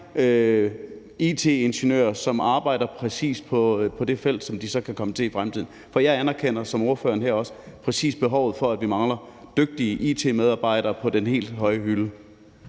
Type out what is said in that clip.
it-ingeniører, som arbejder præcis på det felt, som de så også kan komme til i fremtiden. For jeg anerkender præcis som ordføreren her, at vi mangler dygtige it-medarbejdere fra øverste hylde.